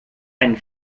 einen